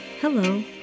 Hello